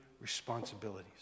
responsibilities